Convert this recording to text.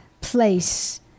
place